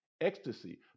ecstasy